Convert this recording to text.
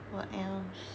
what else